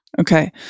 Okay